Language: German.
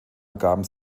ergaben